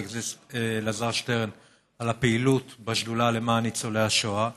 הכנסת אלעזר שטרן על הפעילות בשדולה למען ניצולי השואה.